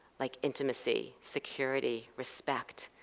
like intimacy, security, respect,